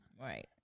Right